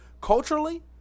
culturally